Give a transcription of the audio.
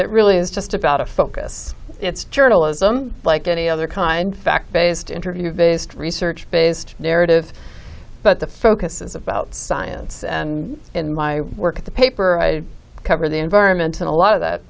that really is just about a focus it's journalism like any other kind fact based interview based research based narrative but the focus is about science and in my work at the paper i cover the environment and a lot of that